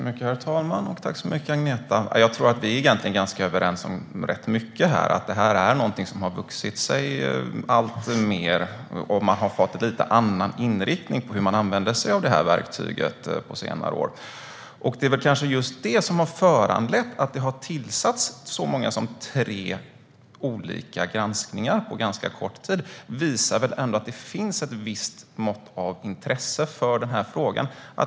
Herr talman! Jag vill tacka Agneta. Jag tror att vi egentligen är ganska överens om mycket här. Användningen av parlamentariska utredningar har ökat, och på senare år har inriktningen för hur det verktyget används blivit lite annorlunda. Det är kanske just det som har föranlett att så många som tre olika granskningar har tillsatts på ganska kort tid. Det visar väl ändå att det finns ett visst intresse för frågan.